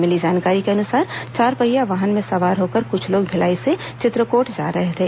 मिली जानकारी के अनुसार चारपहिया वाहन में सवार होकर कुछ लोग भिलाई से चित्रकोट जा रहे थे